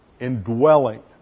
indwelling